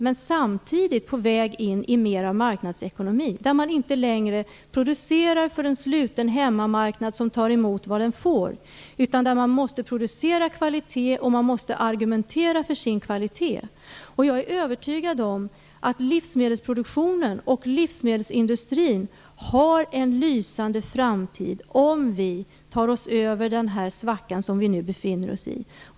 Samtidigt är vi på väg in i mer av marknadsekonomi, där man inte längre producerar för en sluten hemmamarknad som tar emot vad den får utan där man måste producera kvalitet och argumentera för sin kvalitet. Jag är övertygad om att livsmedelsproduktionen och livsmedelsindustrin har en lysande framtid om vi tar oss över den svacka som vi nu befinner oss i.